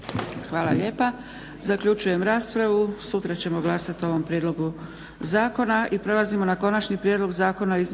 Hvala lijepa. Zaključujem raspravu. Sutra ćemo glasati o ovom prijedlogu zakona. **Leko, Josip (SDP)** Konačni prijedlog Zakona o